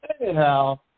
Anyhow